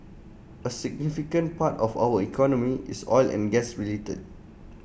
A significant part of our economy is oil and gas related